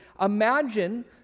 imagine